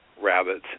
rabbits